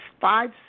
five